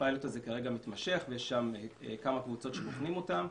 הפיילוט הזה כרגע מתמשך ויש שם כמה קבוצות שבוחנים אותן.